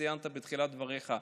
ציינת בתחילת דבריך,